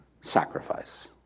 sacrifice